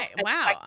Wow